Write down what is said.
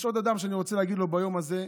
יש עוד אדם שאני רוצה להגיד לו ביום הזה,